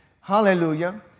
hallelujah